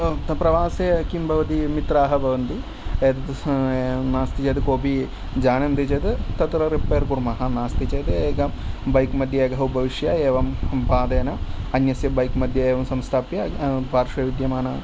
तत्र प्रवासे किं भवति मित्रं भवन्ति नास्ति चेत् कोऽपि जानन्ति चेत् तत्र रिपैर् कुर्मः नास्ति चेत् बैक् मध्ये एकः उपविश्य एवं पादेन अन्यस्य बैक् मध्ये एवं संस्थाप्य पार्श्वे विद्यमानं